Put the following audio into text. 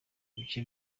ibice